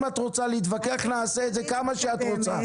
אם את רוצה להתווכח נעשה את זה כמה שאת רוצה,